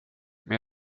men